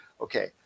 Okay